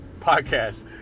podcast